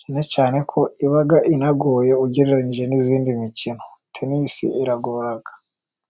cyane cyane ko iba inagoye ugereranyije n'indi mikino, tenisi iragora.